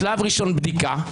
בשלב הראשון בדיקה,